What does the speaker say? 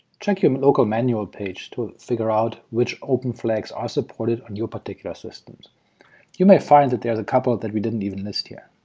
check your local manual page to figure out which open two flags are supported on your particular systems you may find that there's a couple that we didn't even list here.